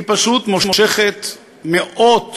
היא פשוט מושכת מאות